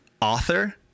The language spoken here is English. author